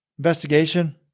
Investigation